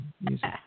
Music